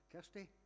Kirsty